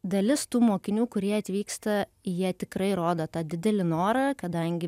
dalis tų mokinių kurie atvyksta jie tikrai rodo tą didelį norą kadangi